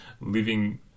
living